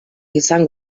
izan